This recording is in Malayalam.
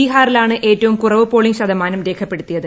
ബിഹാറിലാണ് ഏറ്റവും കുറവ് പോളിംഗ് ശതമാനം രേഖപ്പെടുത്തിയത്